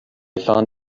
found